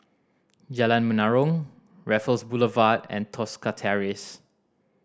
Jalan Menarong Raffles Boulevard and Tosca Terrace